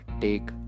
take